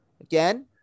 Again